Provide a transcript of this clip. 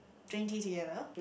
drink tea together